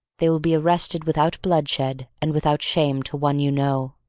they will be arrested without bloodshed and without shame to one you know.